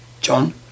John